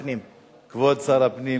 כבוד שר הפנים.